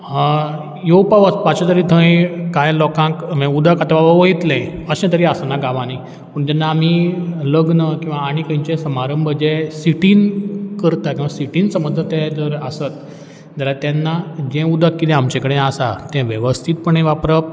येवपा वचपाचें तरी थंय कांय लोकांक मागीर उदक आतां वयतलें अशें तरी आसना गांवांनी पूण जेन्ना आमी गांवांनी लग्न किंवां आनी कसलेय समारंभ जे सिटीन करता किंवा सिटीन जर समज तें जर आसत जाल्या तेन्ना जें उदक आमचें कडेन आसा तें वेवस्थीतपणे वापरप